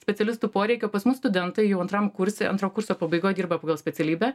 specialistų poreikio pas mus studentai jau antram kurse antro kurso pabaigoj dirba pagal specialybę